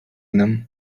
znam